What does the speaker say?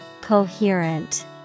Coherent